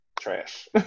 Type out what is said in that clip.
trash